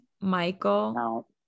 Michael